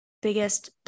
Biggest